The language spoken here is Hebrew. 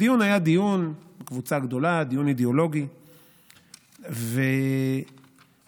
הדיון היה דיון אידיאולוגי בקבוצה גדולה.